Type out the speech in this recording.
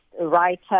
writer